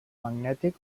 magnètic